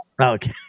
Okay